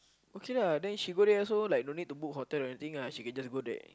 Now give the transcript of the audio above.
okay lah then she go there also like don't need to book hotel or anything lah she can just go there